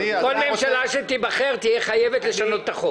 כל ממשלה שתיבחר תהיה חייבת לשנות את החוק.